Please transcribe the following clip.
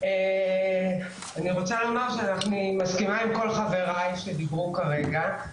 אני רוצה לומר שאני מסכימה עם כל חבריי שדיברו כרגע.